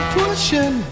pushing